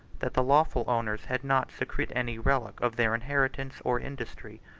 that the lawful owners had not secreted any relic of their inheritance or industry.